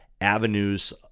avenues